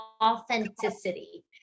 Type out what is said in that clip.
authenticity